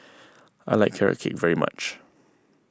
I like Carrot Cake very much